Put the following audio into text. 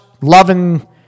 loving